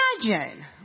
imagine